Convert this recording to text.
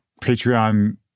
Patreon